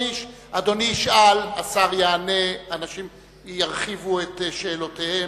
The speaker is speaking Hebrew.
אדוני ישאל, השר יענה, אנשים ירחיבו את שאלותיהם.